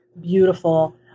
Beautiful